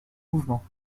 mouvements